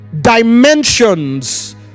dimensions